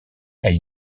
elle